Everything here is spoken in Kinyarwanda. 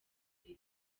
iri